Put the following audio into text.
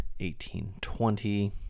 1820